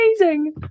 Amazing